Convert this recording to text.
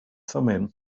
thummim